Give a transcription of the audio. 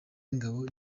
w’ingabo